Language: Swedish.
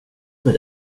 med